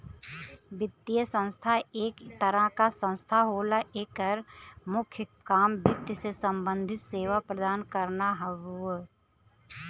वित्तीय संस्था एक तरह क संस्था होला एकर मुख्य काम वित्त से सम्बंधित सेवा प्रदान करना हउवे